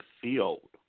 field